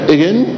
Again